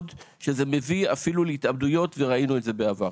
שזה מביא להתאבדויות וראינו את זה בעבר.